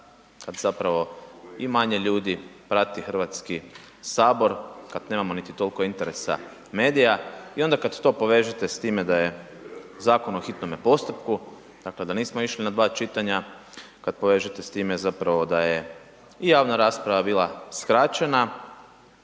kad zapravo i manje ljudi prati Hrvatski sabor, kad nemamo niti toliko interesa medija i onda kad to povežete s time da je zakon o hitnome postupku, dakle da nismo išli na dva čitanja. Kad povežete s time zapravo da je i javna rasprava bila skraćena